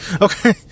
Okay